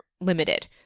limited